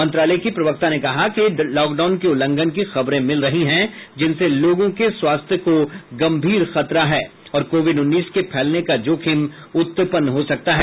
मंत्रालय की प्रवक्ता ने कहा कि लॉकडाउन के उल्लंघन की खबरें मिल रही हैं जिनसे लोगों के स्वास्थ्य को गंभीर खतरा है और कोविड उन्नीस के फैलने का जोखिम उत्पन्न हो सकता है